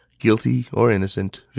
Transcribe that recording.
guilty or innocent.